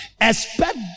Expect